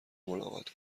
ملاقات